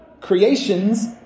creations